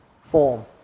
form